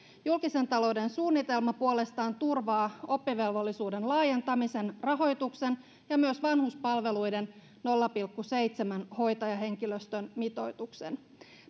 julkisen talouden suunnitelma puolestaan turvaa oppivelvollisuuden laajentamisen rahoituksen ja myös vanhuspalveluiden nolla pilkku seitsemän hoitajahenkilöstön mitoituksen